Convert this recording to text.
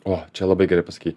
o čia labai gali pasakei